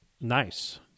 nice